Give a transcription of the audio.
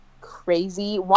crazy